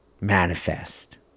manifest